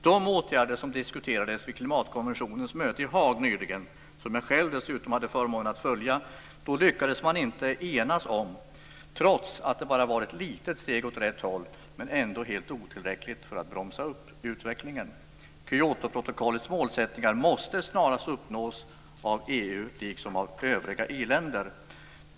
De åtgärder som diskuterades vid klimatkonventionens möte i Haag nyligen, som jag dessutom själv hade förmånen att följa, lyckades man inte enas om trots att det bara var ett litet steg åt rätt håll men ändå helt otillräckligt för att bromsa upp utvecklingen. Kyotoprotokollets målsättningar måste snarast uppnås av EU liksom av övriga i-länder.